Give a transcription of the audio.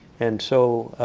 and so